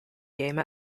game